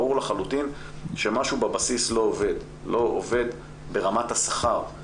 ברור לחלוטין שמשהו בבסיס לא עובד ברמת השכר,